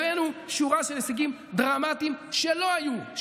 הבאנו שורה של הישגים דרמטיים שלא היו,